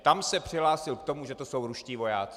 Tam se přihlásil k tomu, že to jsou ruští vojáci.